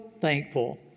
thankful